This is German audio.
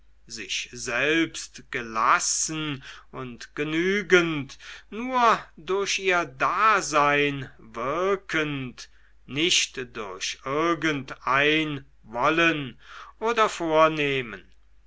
sich selbst gelassen und genügend nur durch ihr dasein wirkend nicht durch irgendein wollen oder vornehmen